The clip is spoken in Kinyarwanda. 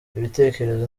ibitekerezo